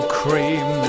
cream